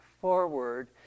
forward